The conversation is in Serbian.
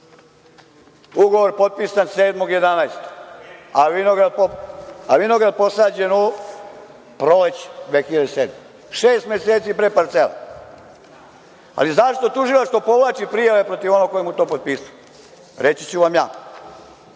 ugovor potpisan 7.11. a vinograd posađen u proleće 2007. godine, šest meseci pre parcele. Ali, zašto tužilaštvo povlači prijave protiv onog koji mu je to potpisao? Reći ću vam ja.